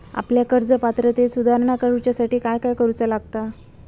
आपल्या कर्ज पात्रतेत सुधारणा करुच्यासाठी काय काय करूचा लागता?